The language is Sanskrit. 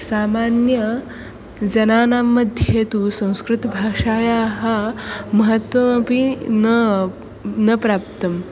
सामान्यजनानां मध्ये तु संस्कृतभाषायाः महत्त्वमपि न न प्राप्तं